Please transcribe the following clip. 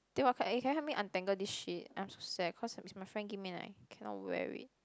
then what can you help me untangle this shit I'm so sad cause it's my friend give me leh cannot wear it